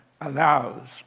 allows